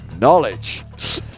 knowledge